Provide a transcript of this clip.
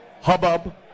hubbub